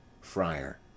friar